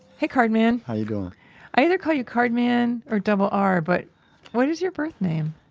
hey, card man how you doin'? i either call you card man or double r, but what is your birth name?